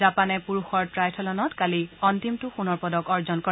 জাপানে পুৰুষৰ ট্ৰাইথালনাত কালি অন্তিমটো সোণৰ পদক অৰ্জন কৰে